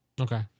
Okay